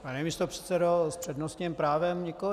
Pane místopředsedo, s přednostním právem nikoliv.